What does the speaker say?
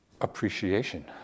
appreciation